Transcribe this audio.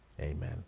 Amen